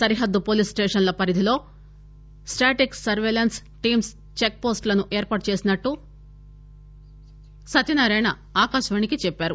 సరిహద్దు పోలీస్ స్టేషన్ల పరిధిలో స్టాటిక్ సర్వేలెన్స్ టీమ్స్ చెక్ పోస్టులను ఏర్పాటు చేసినట్టు సత్యనారాయణ ఆకాశవాణికి చెప్పారు